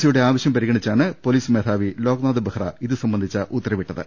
സിയുടെ ആവശ്യം പരിഗണിച്ചാണ് പോലീസ് മേധാവി ലോക്നാഥ് ബെഹ്റ ഇതുസംബന്ധിച്ച ഉത്തരവിട്ടത്